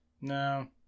No